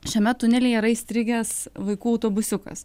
šiame tunelyje yra įstrigęs vaikų autobusiukas